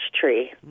tree